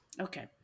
Okay